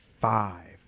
five